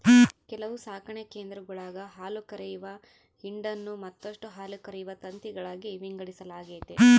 ಕೆಲವು ಸಾಕಣೆ ಕೇಂದ್ರಗುಳಾಗ ಹಾಲುಕರೆಯುವ ಹಿಂಡನ್ನು ಮತ್ತಷ್ಟು ಹಾಲುಕರೆಯುವ ತಂತಿಗಳಾಗಿ ವಿಂಗಡಿಸಲಾಗೆತೆ